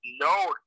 no